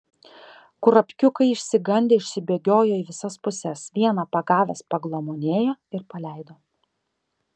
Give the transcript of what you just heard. kurapkiukai išsigandę išsibėgiojo į visas puses vieną pagavęs paglamonėjo ir paleido